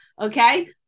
Okay